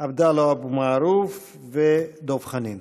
עבדאללה אבו מערוף ודב חנין.